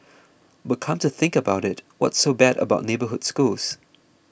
but come to think about it what's so bad about neighbourhood schools